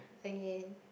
again